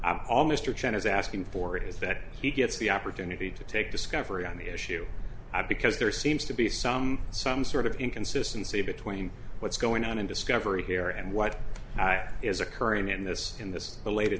all mr chen is asking for it is that he gets the opportunity to take discovery on the issue because there seems to be some some sort of inconsistency between what's going on in discovery here and what is occurring in this in this late